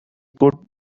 could